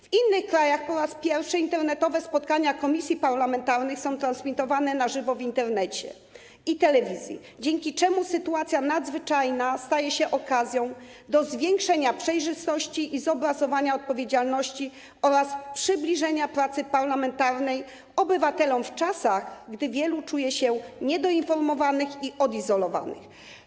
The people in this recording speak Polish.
W innych krajach po raz pierwszy internetowe spotkania komisji parlamentarnych są transmitowane na żywo w Internecie i telewizji, dzięki czemu sytuacja nadzwyczajna staje się okazją do zwiększenia przejrzystości, zobrazowania odpowiedzialności oraz przybliżenia pracy parlamentarnej obywatelom w czasach, gdy wielu czuje się niedoinformowanych i odizolowanych.